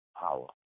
power